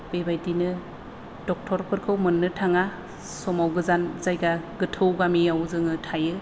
बेबायदिनो डक्टरफोरखौ मोननो थाङा समाव गोजान जायगा गोथौ गामियाव जोङो थायो